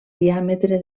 diàmetre